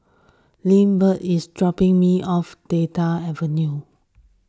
Lindbergh is dropping me off Delta Avenue